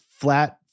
flat